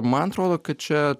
man atrodo kad čia